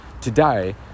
today